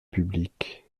publique